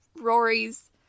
Rory's